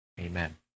Amen